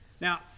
Now